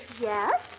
Yes